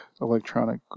electronic